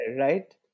right